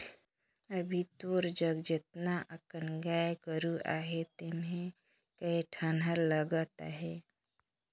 अभी तोर जघा जेतना अकन गाय गोरु अहे तेम्हे कए ठन हर लगत अहे